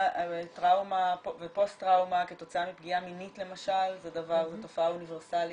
טראומה ופוסט טראומה כתוצאה מפגיעה מינית למשל זו תופעה אוניברסלית,